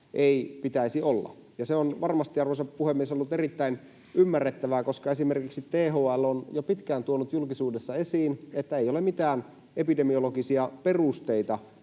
ei pitäisi olla. Se on varmasti, arvoisa puhemies, ollut erittäin ymmärrettävää, koska esimerkiksi THL on jo pitkään tuonut julkisuudessa esiin, että ei ole mitään epidemiologisia perusteita